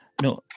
No